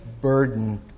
burden